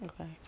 Okay